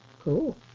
Cool